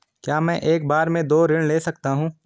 क्या मैं एक बार में दो ऋण ले सकता हूँ?